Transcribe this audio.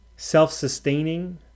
self-sustaining